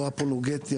לא אפולוגטי,